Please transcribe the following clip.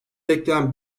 bekleyen